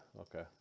okay